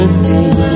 see